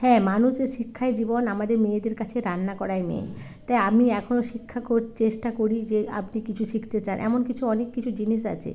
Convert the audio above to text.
হ্যাঁ মানুষের শিক্ষাই জীবন আমাদের মেয়েদের কাছে রান্না করাই মেন তাই আমি এখনও শিক্ষা কর চেষ্টা করি যে আপনি কিছু শিখতে চান এমন কিছু অনেক কিছু জিনিস আছে